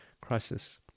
crisis